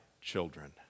children